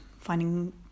finding